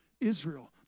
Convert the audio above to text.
Israel